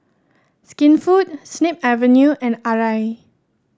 Skinfood Snip Avenue and Arai